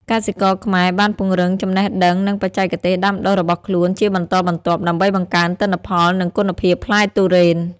កសិករខ្មែរបានពង្រឹងចំណេះដឹងនិងបច្ចេកទេសដាំដុះរបស់ខ្លួនជាបន្តបន្ទាប់ ដើម្បីបង្កើនទិន្នផលនិងគុណភាពផ្លែទុរេន។